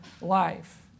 life